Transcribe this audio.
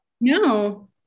No